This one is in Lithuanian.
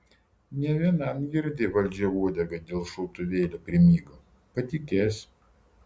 ne vienam girdi valdžia uodegą dėl šautuvėlio primygo patikės